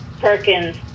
Perkins